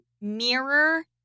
mirror